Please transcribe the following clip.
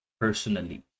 personally